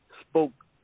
spoke